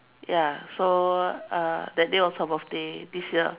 ya so uh that day was her birthday this year